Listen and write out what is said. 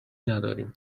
نداریم